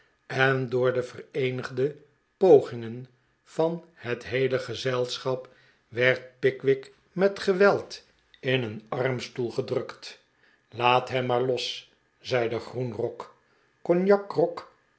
en door de vereenigde pogingen van het geheele gezelschap werd pickwick met geweld in een armstoel gedrukt laat hem maar los zei de groenrok cognacgrog